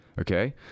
Okay